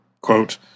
Quote